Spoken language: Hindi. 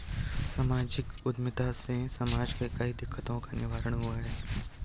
सामाजिक उद्यमिता से समाज के कई दिकक्तों का निवारण हुआ है